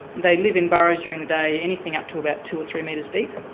they live in burrows during the day, anything up to about two or three metres deep,